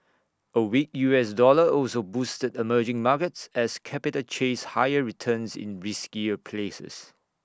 A weak U S dollar also boosted emerging markets as capital chased higher returns in riskier places